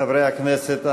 חברי הכנסת,